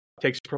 takes